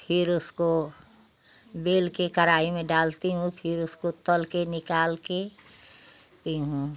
फिर उसको बेल के कढ़ाई में डालती हूँ फिर उसको तल के निकाल के लेती हूँ